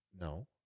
No